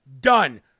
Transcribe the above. Done